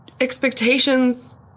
expectations